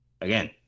Again